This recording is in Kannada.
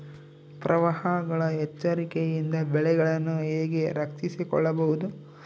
ಪ್ರವಾಹಗಳ ಎಚ್ಚರಿಕೆಯಿಂದ ಬೆಳೆಗಳನ್ನು ಹೇಗೆ ರಕ್ಷಿಸಿಕೊಳ್ಳಬಹುದು?